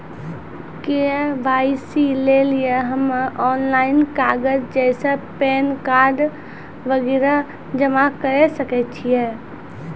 KYC लेली हम्मय online कागज जैसे पैन कार्ड वगैरह जमा करें सके छियै?